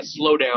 slowdown